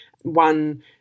One